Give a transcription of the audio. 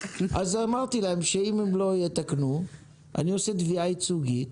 אז אמרתי להם שאם הם לא יתקנו אני עושה תביעה ייצוגית